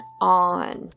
on